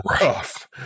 rough